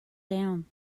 down